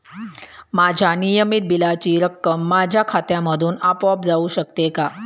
माझ्या नियमित बिलाची रक्कम माझ्या खात्यामधून आपोआप जाऊ शकते का?